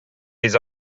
his